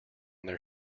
their